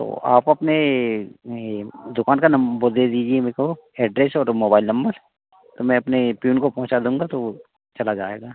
तो आप अपने ये दुकान का नंबर दे दीजिए मुझ को एड्रेस मोबाइल नंबर तो मैं अपने पीऑन को पहुँचा दूँगा तो वो चला जाएगा